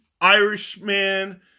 Irishman